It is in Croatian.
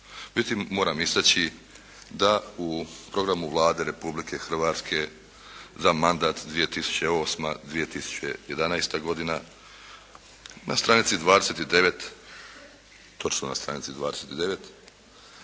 moram istaći da u programu Vlade Republike Hrvatske za mandat 2008.-2011. godina na stranici 29,